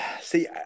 See